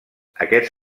aquests